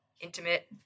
intimate